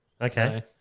Okay